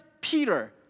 Peter